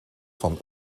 van